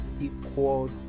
equal